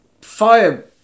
fire